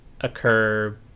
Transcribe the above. occur